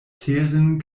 teren